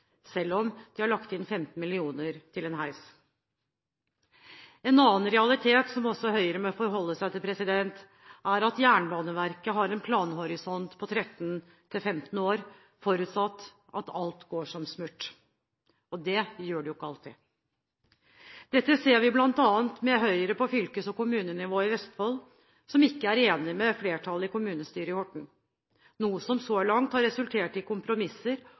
selv om de har lagt inn 15 mill. kr til en heis. En annen realitet som også Høyre må forholde seg til, er at Jernbaneverket har en planhorisont på 13–15 år, forutsatt at alt går som smurt. Det gjør det jo ikke alltid. Dette ser vi bl.a. med Høyre på fylkes- og kommunenivå i Vestfold, som ikke er enig med flertallet i kommunestyret i Horten, noe som så langt har resultert i kompromisser